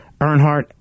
Earnhardt